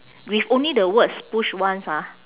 with only the words push once ah